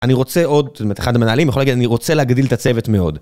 אני רוצה עוד, אחד המנהלים יכול להגיד, אני רוצה להגדיל את הצוות מאוד.